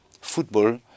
football